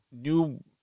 new